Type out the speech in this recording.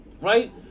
right